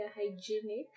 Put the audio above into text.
hygienic